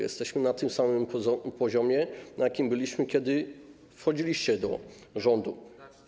Jesteśmy na tym samym poziomie, na jakim byliśmy, kiedy wchodziliście do rządu.